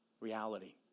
reality